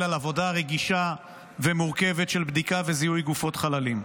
על עבודה רגישה ומורכבת של בדיקה וזיהוי גופות חללים.